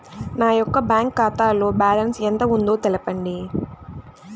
నా యొక్క బ్యాంక్ ఖాతాలో బ్యాలెన్స్ ఎంత ఉందో తెలపండి?